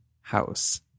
house